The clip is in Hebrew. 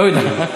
לא יודע.